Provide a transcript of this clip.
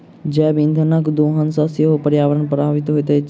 जैव इंधनक दोहन सॅ सेहो पर्यावरण प्रभावित होइत अछि